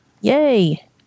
Yay